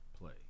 play